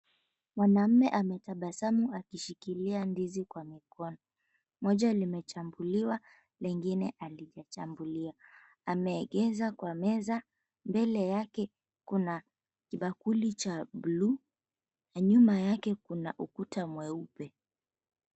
Mwanamume ametabasamu akishikilia ndizi kwa mikono. Moja limechambuliwa, lingine halijachambuliwa. Ameegeza kwa meza. Mbele yake kuna kibakuli cha blue na nyuma yake kuna ukuta mweupe.